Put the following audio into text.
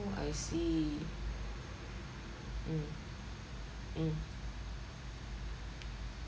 oh I see mm mm